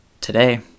Today